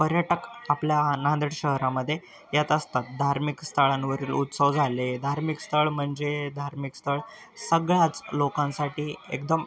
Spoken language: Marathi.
पर्यटक आपल्या नांदेड शहरामध्ये येत असतात धार्मिक स्थळांवरील उत्सव झाले धार्मिक स्थळ म्हणजे धार्मिक स्थळ सगळ्याच लोकांसाठी एकदम